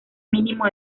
mínimo